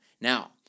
now